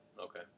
Okay